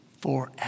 forever